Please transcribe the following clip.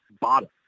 bottom